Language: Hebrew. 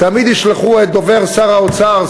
תמיד ישלחו את דובר שר האוצר,